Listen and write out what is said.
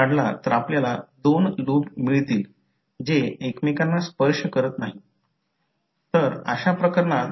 येथे देखील जर असे बनवले की करंट या दिशेने फिरत आहे आणि करंटच्या दिशेने कॉइलला पकडले जाते आणि हे बोट असे दर्शवित आहे की ते या आकृतीत बाजूच्या तळाला येत आहे